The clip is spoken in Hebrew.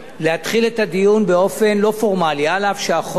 להתחיל את הדיון באופן לא פורמלי, אף שהחוק